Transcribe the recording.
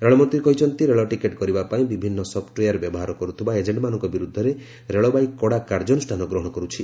ରେଳମନ୍ତ୍ରୀ କହିଛନ୍ତି ରେଳ ଟିକେଟ୍ କରିବା ପାଇଁ ବିଭିନ୍ନ ସ୍ୱପୁଓ୍ଚେୟାର ବ୍ୟବହାର କରୁଥିବା ଏଜେଣ୍ଟମାନଙ୍କ ବିରୁଦ୍ଧରେ ରେଳବାଇ କଡ଼ା କାର୍ଯ୍ୟାନୁଷ୍ଠାନ ଗ୍ରହଣ କରୁଛି